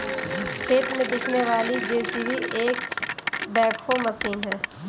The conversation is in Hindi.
खेत में दिखने वाली जे.सी.बी एक बैकहो मशीन है